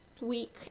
week